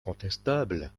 contestable